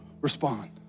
respond